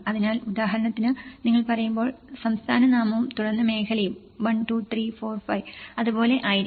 അതിനാൽ ഉദാഹരണത്തിന് നിങ്ങൾ പറയുമ്പോൾ സംസ്ഥാന നാമവും തുടർന്ന് മേഖലയും 1 2 3 4 5 അത് പോലെ ആയിരിക്കും